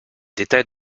détail